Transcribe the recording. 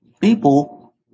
people